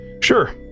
Sure